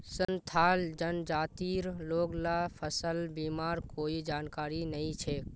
संथाल जनजातिर लोग ला फसल बीमार कोई जानकारी नइ छेक